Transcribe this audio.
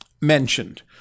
mentioned